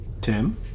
Tim